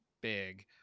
big